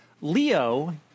Leo